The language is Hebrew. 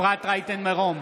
אפרת רייטן מרום,